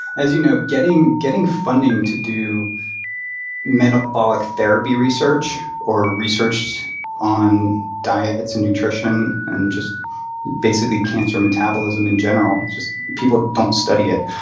as you know, getting getting funding to do metabolic therapy research or research on diets and nutrition and just basically cancer metabolism in general, just people don't study it.